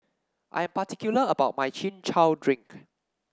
I am particular about my Chin Chow Drink